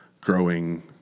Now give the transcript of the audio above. growing